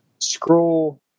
scroll